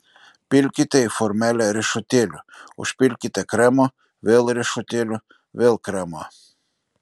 pilkite į formelę riešutėlių užpilkite kremo vėl riešutėlių vėl kremo